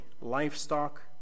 livestock